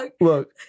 Look